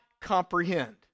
comprehend